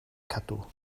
cadw